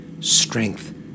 Strength